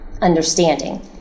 understanding